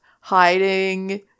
hiding